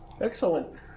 Excellent